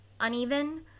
uneven